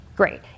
Great